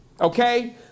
Okay